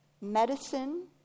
medicine